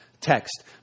text